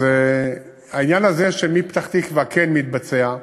אז העניין הזה, מפתח-תקווה, כן מתבצע.